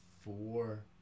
four